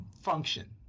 Function